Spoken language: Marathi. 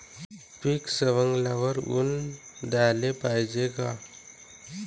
पीक सवंगल्यावर ऊन द्याले पायजे का?